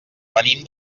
venim